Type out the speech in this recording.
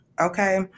Okay